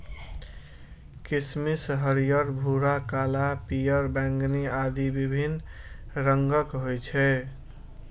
किशमिश हरियर, भूरा, काला, पीयर, बैंगनी आदि विभिन्न रंगक होइ छै